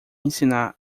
ensinar